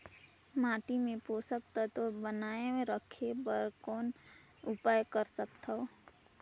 माटी मे पोषक तत्व ल बनाय राखे बर कौन उपाय कर सकथव?